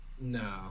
No